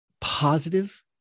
positive